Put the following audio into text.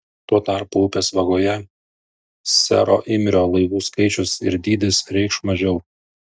tuo tarpu upės vagoje sero imrio laivų skaičius ir dydis reikš mažiau